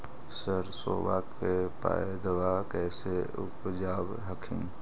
सरसोबा के पायदबा कैसे उपजाब हखिन?